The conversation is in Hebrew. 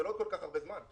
זה לא כל כך הרבה זמן.